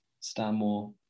Stanmore